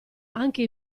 anche